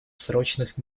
срочных